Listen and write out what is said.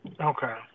Okay